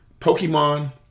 Pokemon